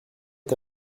est